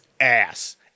ass